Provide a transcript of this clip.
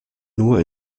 nur